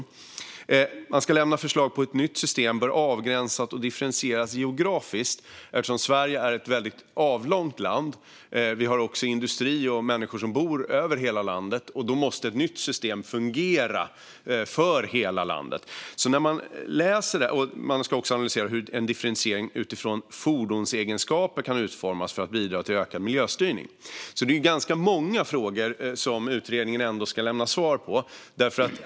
Utredningen ska lämna förslag på hur ett nytt system bör avgränsas och differentieras geografiskt eftersom Sverige är ett väldigt avlångt land. Vi har också industrier och människor som bor över hela landet. Då måste ett nytt system fungera för hela landet. Utredningen ska också analysera hur en differentiering utifrån fordonsegenskaper kan utformas för att bidra till ökad miljöstyrning. Det är alltså ganska många frågor som utredningen ska lämna svar på.